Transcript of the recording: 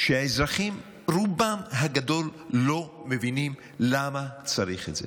שהאזרחים, רובם הגדול, לא מבינים למה צריך את זה.